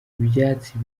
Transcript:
ibyatsi